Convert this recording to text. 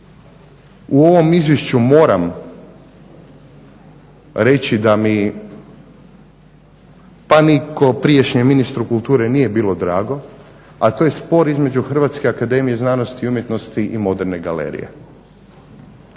u ovom Izvješću moram reći da mi pa ni ko prijašnjem ministru kulture nije bilo drago, a to je spor između Hrvatske akademije znanosti i umjetnosti i moderne galerije.